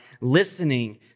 listening